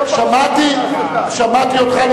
שמעתי אותך.